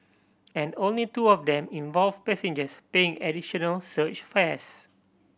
and only two of them involve passengers paying additional surge fares